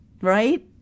Right